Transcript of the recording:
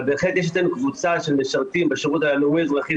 אבל בהחלט יש לנו אצלנו קבוצה של משרתים בשירות לאומי- אזרחי,